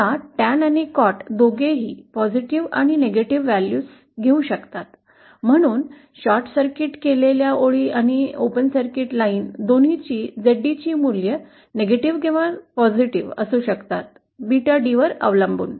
आता TAN आणि COT दोघेही सकारात्मक आणि नकारात्मक मूल्ये घेऊ शकतात म्हणून 𝞫d मूल्यांवर शॉर्ट सर्किट केलेल्या ओळी आणि ओपन सर्किट लाइन दोन्ही Zd ची मूल्ये नकारात्मक किंवा सकारात्मक असू शकतात 𝞫d मूल्यांवर अवलंबून